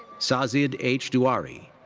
sazid h. duary.